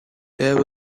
there